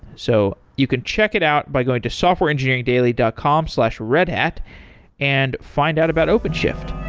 so you can check it out by going to softwareengineeringdaily dot com slash redhat and find out about openshift